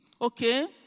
Okay